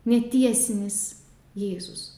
netiesinis jėzus